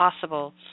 possible